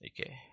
Okay